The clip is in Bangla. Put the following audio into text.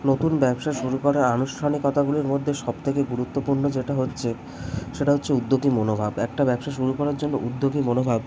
নতুন ব্যবসা শুরু করার আনুষ্ঠানিকতাগুলোর মধ্যে সবথেকে গুরুত্বপূর্ণ যেটা হচ্ছে সেটা হচ্ছে উদ্যোগী মনোভাব একটা ব্যবসা শুরু করার জন্য উদ্যোগী মনোভাব